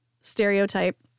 stereotype